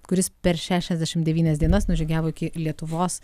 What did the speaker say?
kuris per šešiasdešimt devynias dienas nužygiavo iki lietuvos